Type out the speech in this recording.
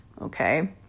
okay